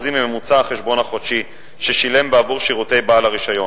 מממוצע החשבון החודשי ששילם בעבור שירותי בעל הרשיון,